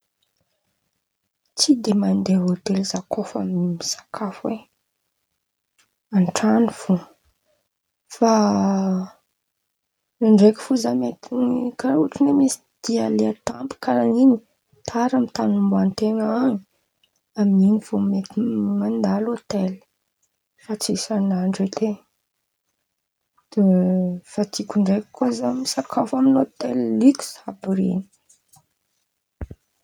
Tsy dia mandeha hôtely za kô fa misakafo e! An-trano fo, fa ndraindraiky fo za mety karàha ôhatra hoe misy dia aleha tampoko karàha in̈y tara amy tan̈y omban-ten̈a any, amin̈'in̈y vao mety mandalo hôtely fa tsy isan'andra edy e! De fa tiako ndraiky za misakafo amy hôtely loikisa àby ren̈y.